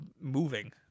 moving